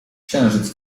księżyc